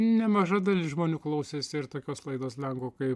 nemaža dalis žmonių klausėsi ir tokios laidos lenkų kaip